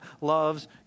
loves